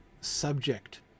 subject